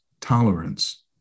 tolerance